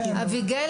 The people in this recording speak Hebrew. אביגיל,